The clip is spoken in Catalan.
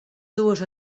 dues